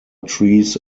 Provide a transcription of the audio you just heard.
trees